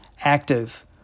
Active